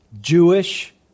Jewish